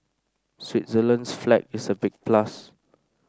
Switzerland's flag is a big plus